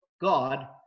God